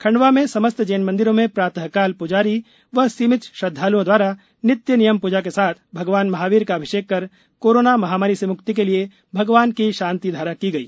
खंडवा में समस्त जैन मंदिरों में प्रातकाल जारी व सीमित श्रद्धाल्ओं द्वारा नित्य नियम प्जा के साथ भगवान महावीर का अभिषेक कर कोरोना महामारी से मुक्ति के लिए भगवान की शांतिधारा की गई